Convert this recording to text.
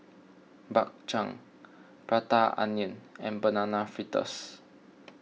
Bak Chang Prata Onion and Banana Fritters